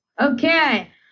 Okay